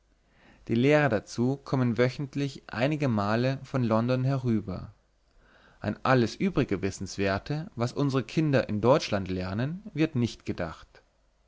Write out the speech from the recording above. die lehrer dazu kommen wöchentlich einige male von london herüber an alles übrige wissenswerte was unsere kinder in deutschland lernen wird nicht gedacht